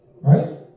right